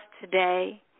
today